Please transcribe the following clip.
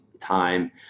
time